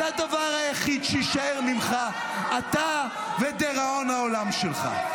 זה הדבר היחיד שיישאר ממך ------- אתה ודיראון העולם שלך.